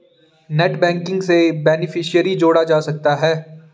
net banking से beneficiary जोड़ा जा सकता है